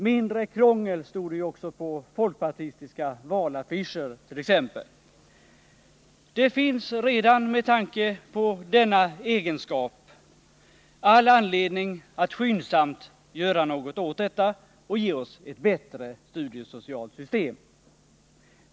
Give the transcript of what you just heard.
”Mindre krångel” stod det på folkpartistiska valaffischert.ex. Det finns, redan med tanke på denna egenskap, all anledning att skyndsamt göra något åt detta och ge oss ett bättre studiesocialt system.